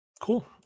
Cool